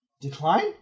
Decline